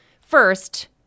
First